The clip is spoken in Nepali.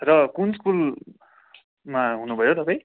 र कुन स्कुलमा हुनुभयो तपाईँ